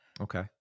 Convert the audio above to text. okay